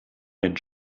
ein